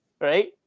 right